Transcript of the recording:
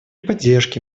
поддержке